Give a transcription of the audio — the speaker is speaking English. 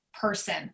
person